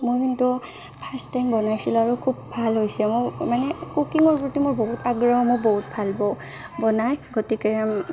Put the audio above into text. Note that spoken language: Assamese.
মই কিন্তু ফাৰ্ষ্ট টাইম বনাইছিলোঁ আৰু খুব ভাল হৈছে মোৰ মানে কুকিঙৰ প্ৰতি মোৰ বহুত আগ্ৰহ মোৰ বহুত ভাল পাওঁ বনাই গতিকে